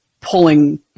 pulling